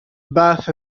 path